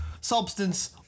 substance